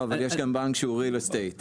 לא, אבל יש גם בנק שהוא Real estate.